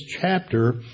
chapter